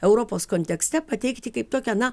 europos kontekste pateikti kaip tokią na